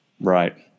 Right